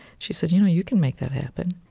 she said, you know, you can make that happen.